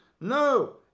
No